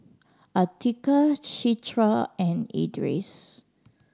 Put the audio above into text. Atiqah Citra and Idris